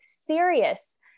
serious